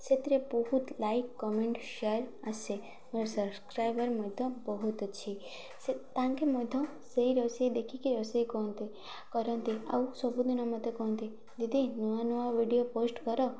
ସେଥିରେ ବହୁତ like comment share ଆସେ ମୋର ସବସ୍କ୍ରାଇବର୍ ମଧ୍ୟ ବହୁତ ଅଛି ସେ ତାଙ୍କେ ମଧ୍ୟ ସେଇ ରୋଷେଇ ଦେଖିକି ରୋଷେଇ କହନ୍ତି କରନ୍ତି ଆଉ ସବୁଦିନ ମୋତେ କହନ୍ତି ଦିଦି ନୂଆ ନୂଆ ଭିଡ଼ିଓ ପୋଷ୍ଟ କର